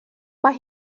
mae